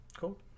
Cool